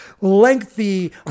lengthy